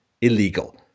illegal